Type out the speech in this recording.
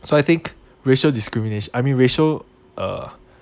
so I think racial discriminate I mean racial uh